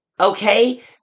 okay